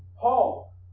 Paul